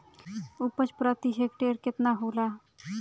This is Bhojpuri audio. उपज प्रति हेक्टेयर केतना होला?